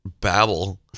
babble